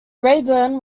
rayburn